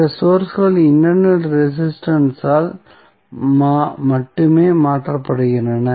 பிற சோர்ஸ்கள் internal resistance ஆல் மட்டுமே மாற்றப்படுகின்றன